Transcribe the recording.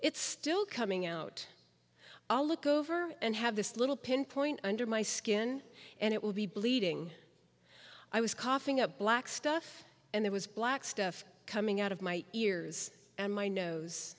it's still coming out i'll look over and have this little pinpoint under my skin and it will be bleeding i was coughing up black stuff and there was black stuff coming out of my ears and my nose